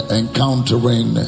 encountering